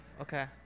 okay